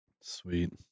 Sweet